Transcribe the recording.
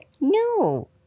No